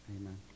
Amen